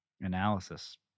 analysis